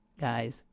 Guys